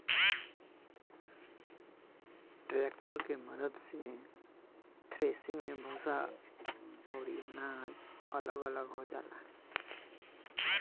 tractor के मद्दत से थ्रेसिंग मे भूसा अउरी अनाज अलग अलग हो जाला